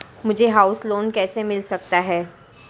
मुझे house loan कैसे मिल सकता है?